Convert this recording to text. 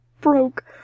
broke